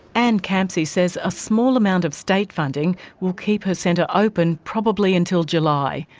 and campsie says a small amount of state funding will keep her centre open probably until july.